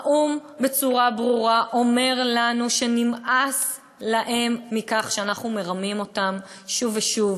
האו"ם בצורה ברורה אומר לנו שנמאס להם מכך שאנחנו מרמים אותם שוב ושוב.